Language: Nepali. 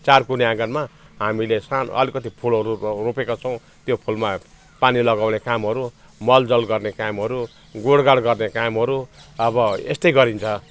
चारकुने आँगनमा हामीले सानो अलिकति फुलहरू रो रोपेका छौँ त्यो फुलमा पानी लगाउने कामहरू मल जल गर्ने कामहरू गोडगाड गर्ने कामहरू अब यस्तै गरिन्छ